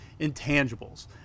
intangibles